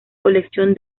colección